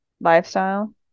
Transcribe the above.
lifestyle